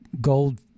gold –